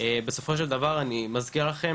בסופו של דבר אני מזכיר לכם